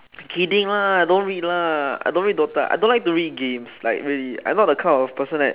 kidding lah don't read lah I don't read DOTA I don't like to read games like really I'm not the kind of person like